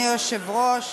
אני יודעת